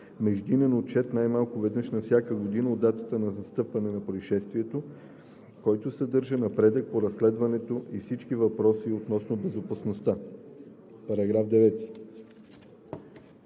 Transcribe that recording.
междинен отчет най-малко веднъж на всяка година от датата на настъпване на произшествието, който съдържа напредък по разследването и всички въпроси относно безопасността.“